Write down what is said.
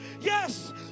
Yes